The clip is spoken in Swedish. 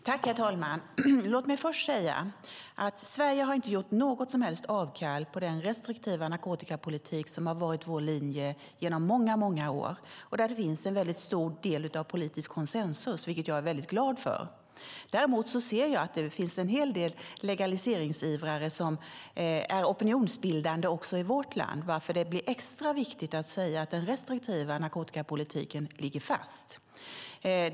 Herr talman! Låt mig först säga att Sverige inte har gjort något som helst avkall på den restriktiva narkotikapolitik som har varit vår linje genom många, många år och där det finns en väldigt stor politisk konsensus, vilket jag är mycket glad för. Däremot ser jag att det finns en hel del legaliseringsivrare som är opinionsbildande också i vårt land, varför det blir extra viktigt att säga att den restriktiva narkotikapolitiken ligger fast.